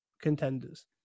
contenders